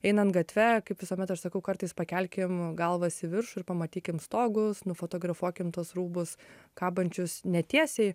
einant gatve kaip visuomet aš sakau kartais pakelkim galvas į viršų ir pamatykim stogus nufotografuokim tuos rūbus kabančius netiesiai